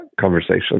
conversation